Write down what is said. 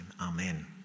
Amen